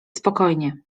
spokojnie